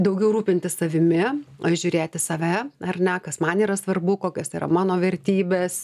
daugiau rūpintis savimi žiūrėti save ar ne kas man yra svarbu kokios yra mano vertybės